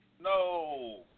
no